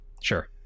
Sure